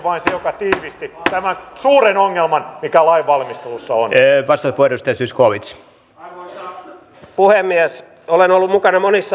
edellä mainituista operaatioista aiheutuvat kustannukset edellyttänevät lisämäärärahoja sotilaallisen kriisinhallinnan momenteille ensi vuonna mutta niiden osalta hallitus tuo esityksensä lisätalousarviossa